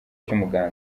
cy’umuganda